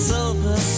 Silver